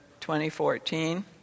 2014